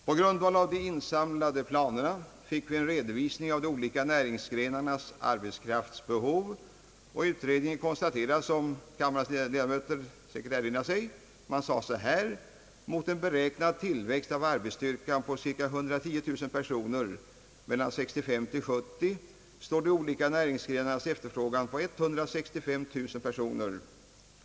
På grundval av de insamlade planerna fick vi en redovisning av de olika näringsgrenarnas arbetskraftsbehov, och utredningen konstaterade, som kammarens ledamöter erinrar sig, att mot en beräknad tillväxt av arbetsstyrkan på 110000 personer mellan 1965 och 1970 står de olika näringsgrenarnas efterfrågan på 165000 personer.